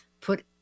put